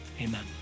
Amen